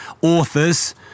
authors